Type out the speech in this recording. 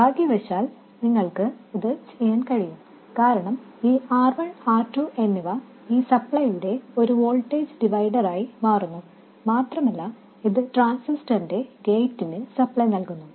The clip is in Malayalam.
ഭാഗ്യവശാൽ നിങ്ങൾക്ക് അത് ചെയ്യാൻ കഴിയും കാരണം ഈ R1 R2 എന്നിവ ഈ സപ്ലൈയുടെ ഒരു വോൾട്ടേജ് ഡിവിഡറായി മാറുന്നു മാത്രമല്ല ഇത് ട്രാൻസിസ്റ്ററിന്റെ ഗേറ്റിന് സപ്ലൈ നൽകുന്നു